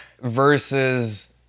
versus